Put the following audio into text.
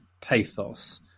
pathos